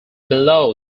below